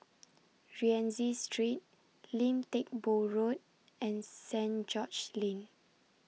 Rienzi Street Lim Teck Boo Road and Saint George's Lane